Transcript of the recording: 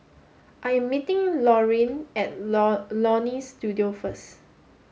I am meeting Laurene at Leonie Studio first